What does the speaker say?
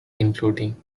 including